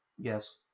Yes